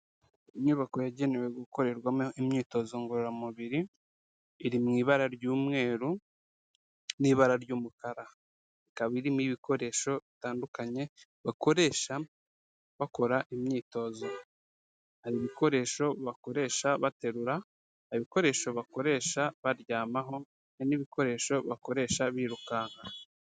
Inyubako yagenewe gukorerwamo imyitozo ngororamubiri, iri mu ibara ry'umweru n'ibara ry'umukara, ikaba irimo ibikoresho bitandukanye bakoresha bakora imyitozo, hari ibikoresho bakoresha baterura, hari ibikoresho bakoresha baryamaho, hari n'ibikoresho bakoresha birukanka.